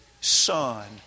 Son